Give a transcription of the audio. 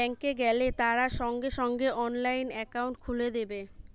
bank এ গেলে তারা সঙ্গে সঙ্গে অনলাইনে একাউন্ট খুলে দেবে